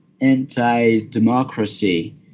anti-democracy